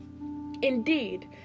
Indeed